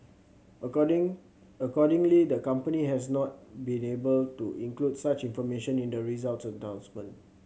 according accordingly the company has not been able to include such information in the results announcement